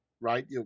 right